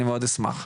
אני מאוד אשמח.